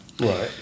Right